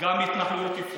גם התנחלויות יפורקו.